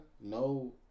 No